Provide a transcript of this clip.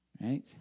Right